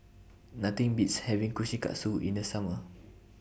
Nothing Beats having Kushikatsu in The Summer